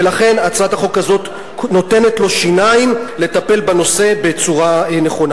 ולכן הצעת החוק הזו נותנת לו שיניים לטפל בנושא בצורה נכונה.